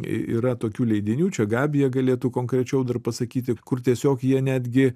yra tokių leidinių čia gabija galėtų konkrečiau dar pasakyti kur tiesiog jie netgi